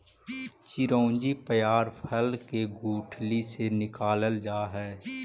चिरौंजी पयार फल के गुठली से निकालल जा हई